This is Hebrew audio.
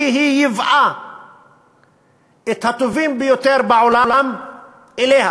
כי היא ייבאה את הטובים ביותר בעולם אליה.